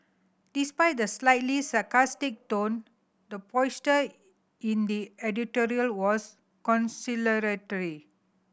despite the slightly sarcastic tone the posture in the editorial was conciliatory